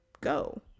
go